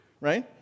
right